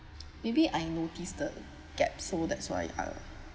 maybe I notice the gaps so that's why I